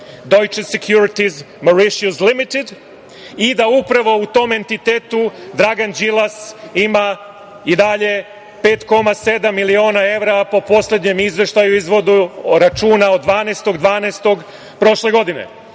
„Deutsche securities Mauritius limited“ i da upravo u tom entitetu Dragan Đilas ima i dalje 5,7 miliona evra po poslednjem izveštaju, izvodu računa od 12. decembra prošle godine. Da